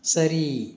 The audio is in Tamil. சரி